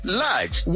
large